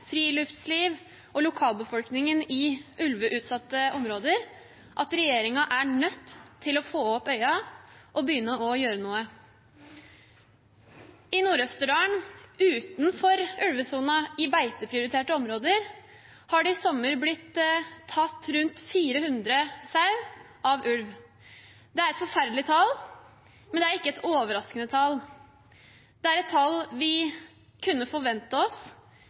friluftsliv og lokalbefolkningen i ulveutsatte områder, at regjeringen er nødt til å få opp øynene og begynne å gjøre noe. I Nord-Østerdalen, utenfor ulvesonen i beiteprioriterte områder, har det i sommer blitt tatt rundt 400 sau av ulv. Det er et forferdelig tall, men det er ikke et overraskende tall. Det er et tall vi kunne forvente oss.